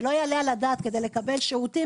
ולא יעלה על הדעת שכדי לקבל שירותים,